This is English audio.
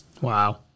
Wow